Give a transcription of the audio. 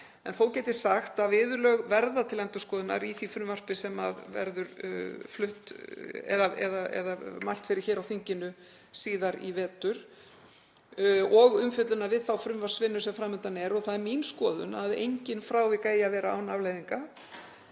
Þó get ég sagt að viðurlög verða til endurskoðunar í því frumvarpi sem verður mælt fyrir hér á þinginu síðar í vetur og umfjöllun við þá frumvarpsvinnu sem fram undan er. Það er mín skoðun að engin frávik eigi að vera án afleiðinga.